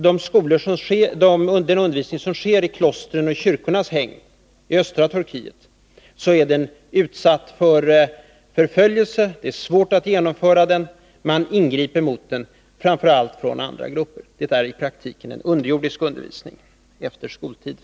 Den undervisning som sker i klostrens och kyrkornas hägn i östra Turkiet är utsatt för förföljelse — det är svårt att genomföra den, man ingriper mot den, framför allt från andra grupper. Det är i praktiken en underjordisk undervisning efter skoltid.